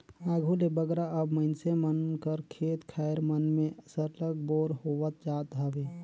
आघु ले बगरा अब मइनसे मन कर खेत खाएर मन में सरलग बोर होवत जात हवे